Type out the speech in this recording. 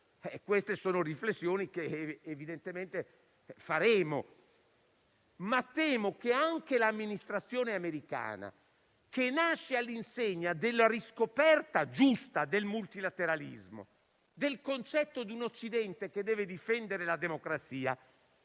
queste sono riflessioni che evidentemente si faranno. Temo, tuttavia, che anche l'amministrazione americana, che nasce all'insegna della riscoperta giusta del multilateralismo e del concetto di un Occidente che deve difendere la democrazia,